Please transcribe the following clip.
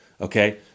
okay